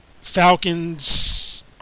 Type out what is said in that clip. Falcons